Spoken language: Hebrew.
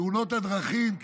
תאונות הדרכים,